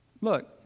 look